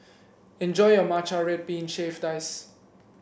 enjoy your Matcha Red Bean Shaved Ice